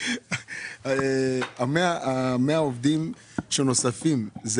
100 העובדים שנוספים הם